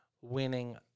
winning